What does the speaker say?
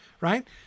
right